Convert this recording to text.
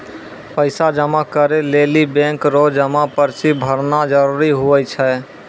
पैसा जमा करै लेली बैंक रो जमा पर्ची भरना जरूरी हुवै छै